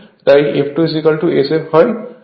তাই f2Sf হয়